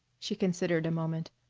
she considered a moment.